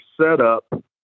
setup